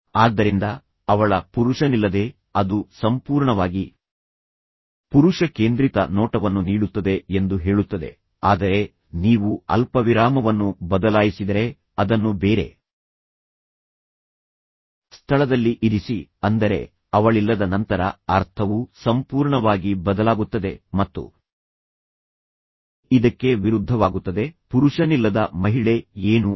ಆದ್ದರಿಂದ ಅವಳ ಪುರುಷನಿಲ್ಲದೆ ಅದು ಸಂಪೂರ್ಣವಾಗಿ ಪುರುಷ ಕೇಂದ್ರಿತ ನೋಟವನ್ನು ನೀಡುತ್ತದೆ ಎಂದು ಹೇಳುತ್ತದೆ ಆದರೆ ನೀವು ಅಲ್ಪವಿರಾಮವನ್ನು ಬದಲಾಯಿಸಿದರೆ ಅದನ್ನು ಬೇರೆ ಸ್ಥಳದಲ್ಲಿ ಇರಿಸಿ ಅಂದರೆ ಅವಳಿಲ್ಲದ ನಂತರ ಅರ್ಥವು ಸಂಪೂರ್ಣವಾಗಿ ಬದಲಾಗುತ್ತದೆ ಮತ್ತು ಇದಕ್ಕೆ ವಿರುದ್ಧವಾಗುತ್ತದೆ ಪುರುಷನಿಲ್ಲದ ಮಹಿಳೆ ಏನೂ ಅಲ್ಲ